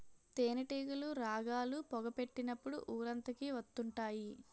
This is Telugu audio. తేనేటీగలు రాగాలు, పొగ పెట్టినప్పుడు ఊరంతకి వత్తుంటాయి